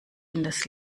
hinters